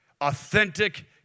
Authentic